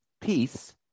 Peace